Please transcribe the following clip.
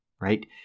right